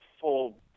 full